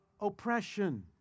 oppression